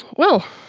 well,